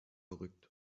rückt